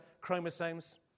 chromosomes